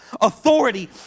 authority